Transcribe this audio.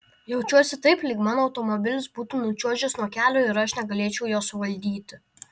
jaučiuosi taip lyg mano automobilis būtų nučiuožęs nuo kelio ir aš negalėčiau jo suvaldyti